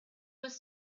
was